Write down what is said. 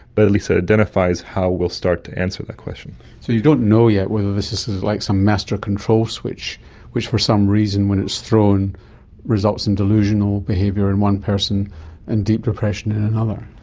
but at least it identifies how we will start to answer that question. so you don't know yet whether this this is like some master control switch which for some reason when it's thrown results in delusional behaviour in one person and deep depression in another.